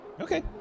Okay